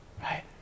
Right